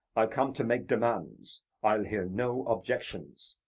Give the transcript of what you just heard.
i come to make demands i'll hear no objections.